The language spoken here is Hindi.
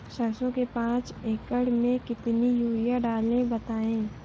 सरसो के पाँच एकड़ में कितनी यूरिया डालें बताएं?